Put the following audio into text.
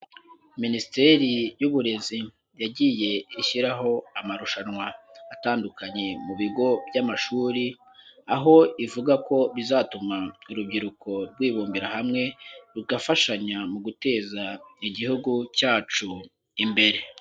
Minisiteri y'uburezi yagiye ishyiraho amarushanwa atandukanye mu bigo by'amashuri, aho ivuga ko bizatuma urubyiruko rwibumbira hamwe, rugafashanya mu guteza Igihugu cyacu imbere.